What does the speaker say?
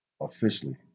officially